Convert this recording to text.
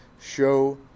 show